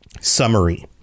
summary